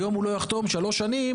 היום הוא לא יחתום שלוש שנים,